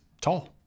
tall